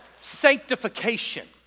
sanctification